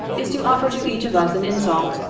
is to offer to each of us an insult,